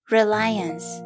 Reliance